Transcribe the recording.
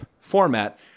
format